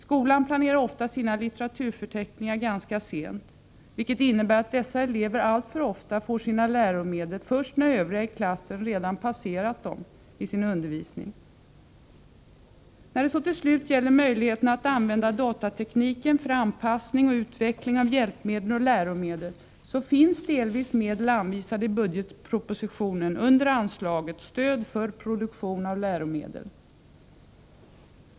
Skolan gör ofta sina litteraturförteckningar ganska sent, vilket innebär att dessa elever alltför ofta får sina läromedel först när övriga i klassen redan passerat dem i sin undervisning. När det till sist gäller möjligheterna att använda datatekniken för anpassning och utveckling av hjälpmedel och läromedel finns medel delvis anvisade i budgetpropositionen under anslaget Stöd för produktion av läromedel.